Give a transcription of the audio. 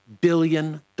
billion